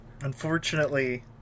Unfortunately